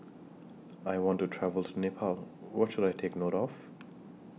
I want to travel to Nepal What should I Take note of